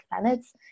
planets